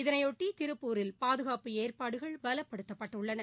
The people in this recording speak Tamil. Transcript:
இதனையொட்டி திருப்பூரில் பாதுகாப்பு ஏற்பாடுகள் பலப்படுத்தப்பட்டுள்ளன